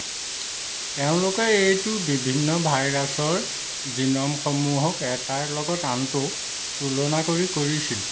তেওঁলোকে এইটো বিভিন্ন ভাইৰাছৰ জিনমসমূহক এটাৰ লগত আনটো তুলনা কৰি কৰিছিল